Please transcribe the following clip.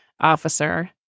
Officer